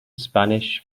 spanish